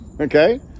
okay